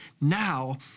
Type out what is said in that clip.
now